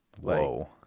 whoa